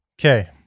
Okay